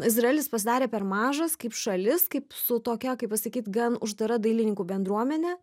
izraelis pasidarė per mažas kaip šalis kaip su tokia kaip pasakyt gan uždara dailininkų bendruomene